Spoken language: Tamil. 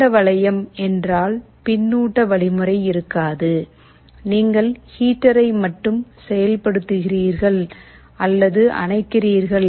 திறந்த வளையம் என்றால் பின்னூட்ட வழிமுறை இருக்காது நீங்கள் ஹீட்டரை மட்டும் செயல் படுத்துகிறீர்கள் அல்லது அணைக்கிறீர்கள்